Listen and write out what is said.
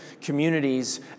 communities